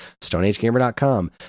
StoneAgeGamer.com